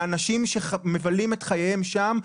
לאנשים שמבלים את חייהם שם,